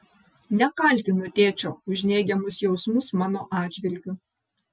nekaltinu tėčio už neigiamus jausmus mano atžvilgiu